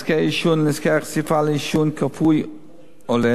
העישון ולנזקי החשיפה לעישון כפוי עולה,